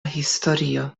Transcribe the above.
historio